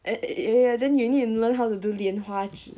eh eh eh ya then you need to learn how to do 莲花指